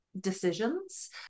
decisions